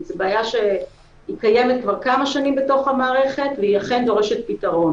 זאת בעיה שקיימת כמה שנים בתוך המערכת והיא בהחלט דורשת פתרון.